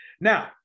Now